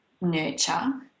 nurture